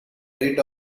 rid